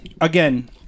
again